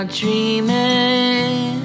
dreaming